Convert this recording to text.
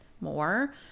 more